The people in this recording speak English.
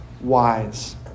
wise